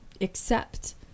accept